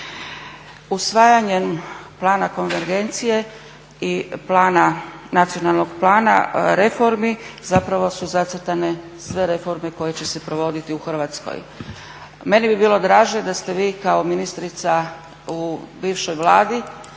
Usvajanjem Plana konvergencije i plana, Nacionalnog plana reformi zapravo su zacrtane sve reforme koje će se provoditi u Hrvatskoj. Meni bi bilo draže da ste vi kao ministrica u bivšoj Vladi